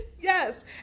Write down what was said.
Yes